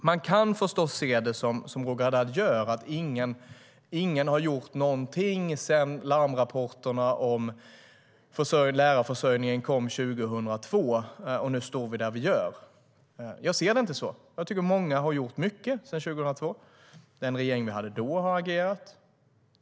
Man kan förstås se det som Roger Haddad gör: Ingen har gjort någonting sedan larmrapporterna om lärarförsörjningen kom 2002, och nu står vi där vi står. Jag ser det inte så. Jag tycker att många har gjort mycket sedan 2002. Den regering vi hade då har agerat.